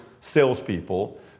salespeople